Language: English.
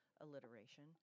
alliteration